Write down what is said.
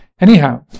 Anyhow